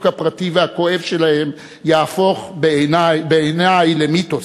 הפרטי והכואב שלהם יהפוך בעיני למיתוס,